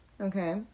Okay